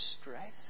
stress